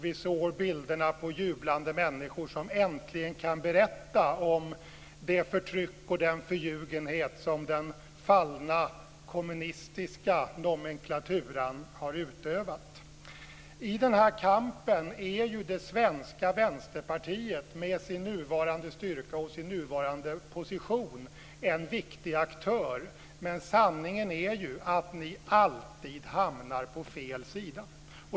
Vi såg bilderna på jublande människor som äntligen kan berätta om det förtryck och den förljugenhet som den fallna kommunistiska nomenklaturan har utövat. I denna kamp är det svenska Vänsterpartiet med sin nuvarande styrka och sin nuvarande position en viktig aktör. Men sanningen är att ni alltid hamnar på fel sida.